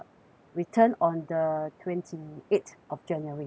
return on the twenty eighth of january